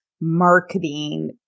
marketing